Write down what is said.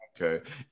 Okay